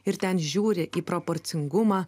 ir ten žiūri į proporcingumą